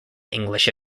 english